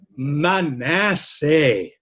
Manasseh